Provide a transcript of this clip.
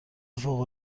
فوق